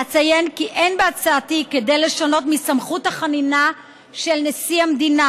אציין כי אין בהצעתי כדי לשנות מסמכות החנינה של נשיא המדינה.